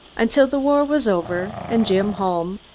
until the war was over and jim home,